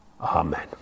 Amen